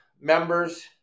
members